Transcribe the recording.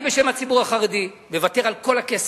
אני, בשם הציבור החרדי, מוותר על כל הכסף,